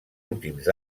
últims